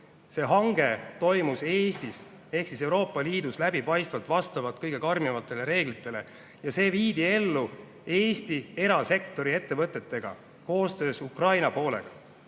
See hange toimus Eestis ehk siis Euroopa Liidus läbipaistvalt, vastavalt kõige karmimatele reeglitele, ja see viidi ellu Eesti erasektori ettevõtetega, koostöös Ukraina poolega.